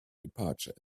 departure